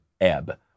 Ebb